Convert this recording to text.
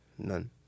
none